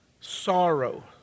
Sorrow